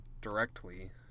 directly